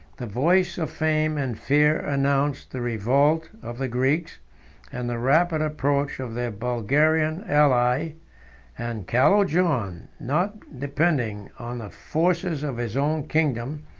the voice of fame and fear announced the revolt of the greeks and the rapid approach of their bulgarian ally and calo-john, not depending on the forces of his own kingdom,